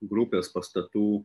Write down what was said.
grupės pastatų